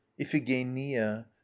iphigenia